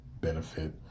benefit